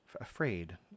afraid